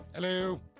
Hello